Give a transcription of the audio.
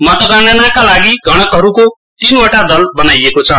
मतगणनाका लागि गणकहरूको तीनवटा दल बनाइएको छ